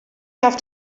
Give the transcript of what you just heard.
have